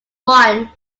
one